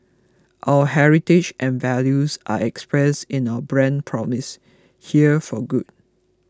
our heritage and values are expressed in our brand promise here for good